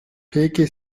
peki